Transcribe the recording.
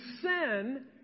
sin